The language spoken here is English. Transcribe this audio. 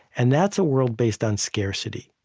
and that's a world based on scarcity.